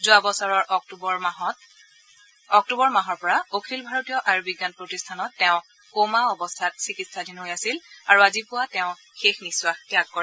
যোৱা বছৰৰ অক্টোবৰ মাহৰ পৰা অখিল ভাৰতীয় আয়ুৰ্বিজ্ঞান প্ৰতিষ্ঠানত তেওঁ কমা অৱস্থাত চিকিৎসাধীন হৈ আছিল আৰু আজি পুৱা তেওঁ শেষ নিখাস ত্যাগ কৰে